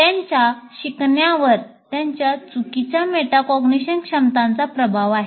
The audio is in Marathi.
त्यांच्या शिकण्यावर त्यांच्या चुकीच्या मेटाकॉग्निशन क्षमतांचा प्रभाव आहे